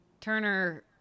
Turner